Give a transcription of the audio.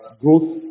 Growth